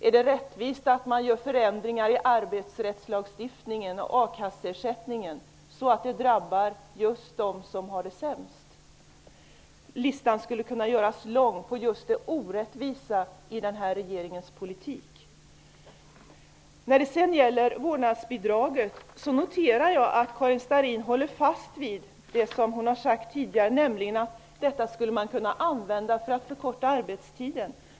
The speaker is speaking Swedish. Är det rättvist att man genomför förändringar i arbetsrättslagstiftningen och a-kasseersättningen så att det drabbar just dem som har det sämst? Listan över orättvisorna i den nuvarande regeringens politik skulle kunna göras lång. Jag noterar sedan att Karin Starrin håller fast vid det som hon tidigare har sagt om att vårdnadsbidraget skulle kunna användas för att förkorta arbetstiden.